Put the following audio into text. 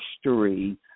history